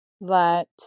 let